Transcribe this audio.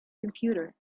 computer